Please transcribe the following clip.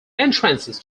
entrances